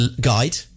guide